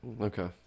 Okay